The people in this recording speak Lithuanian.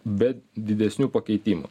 be didesnių pakeitimų